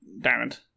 diamond